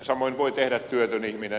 samoin voi tehdä työtön ihminen